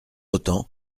autant